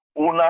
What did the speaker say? Una